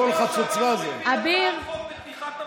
הוא, יש לו קול חצוצרה.